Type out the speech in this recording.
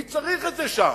מי צריך את זה שם,